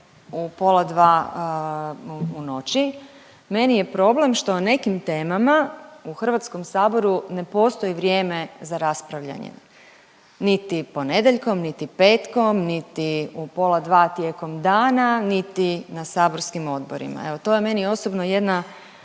u pola 2 u noći, meni je problem što o nekim temama u HS ne postoji vrijeme za raspravljanje, niti ponedjeljkom, niti petkom, niti u pola 2 tijekom dana, niti na saborskim odborima, evo to je meni osobno jedna